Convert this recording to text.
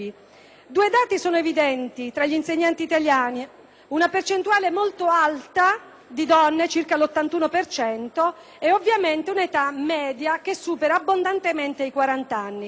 Due dati sono evidenti tra gli insegnanti italiani: una percentuale molto alta di donne - circa l'81 per cento - e, ovviamente, un'età media che supera abbondantemente i 40 anni.